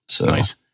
Nice